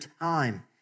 time